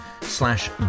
slash